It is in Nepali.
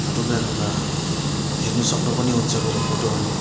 फोटोग्राफीमा हेर्नु सक्नु पनि हुन्छ मेरो फोटोहरू